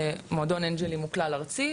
מועדון אנג'לים הוא כלל ארצי,